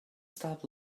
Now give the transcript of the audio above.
stop